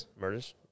murders